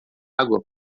água